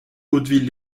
hauteville